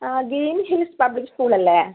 ആ Greenhills public സ്ക്കൂളല്ലേ